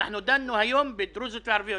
דנו היום ברשויות דרוזיות וערביות.